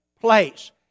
place